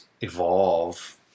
evolve